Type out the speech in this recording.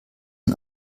und